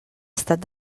estat